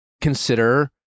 consider